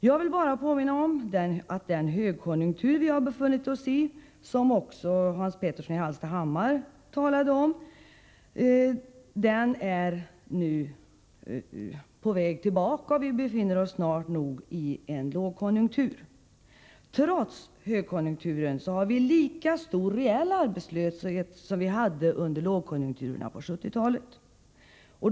Jag vill bara påminna om att den högkonjunktur vi har befunnit oss i, som också Hans Petersson i Hallstahammar talade om, nu är på väg att ebba ut och att vi snart nog kommer att gå in i en lågkonjunktur. Trots högkonjunkturen har vi lika stor reell arbetslöshet som vi hade under lågkonjunkturerna på 1970-talet.